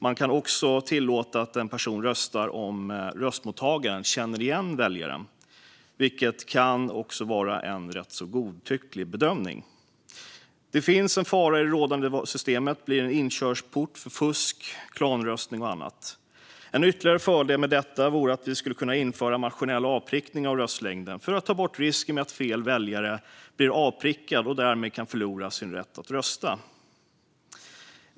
Man kan också tillåta att en person röstar om röstmottagaren känner igen väljaren, vilket kan vara en rätt godtycklig bedömning. Det finns en fara att det rådande systemet blir en inkörsport för fusk, klanröstning och annat. En ytterligare fördel med vårt förslag vore att vi skulle kunna införa maskinell avprickning av röstlängden för att ta bort risken att fel väljare blir avprickad och därmed kan förlora sin rätt att rösta.